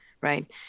right